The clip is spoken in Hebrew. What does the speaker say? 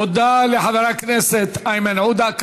תודה לחבר הכנסת איימן עודה.